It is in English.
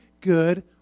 good